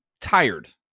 tired